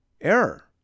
error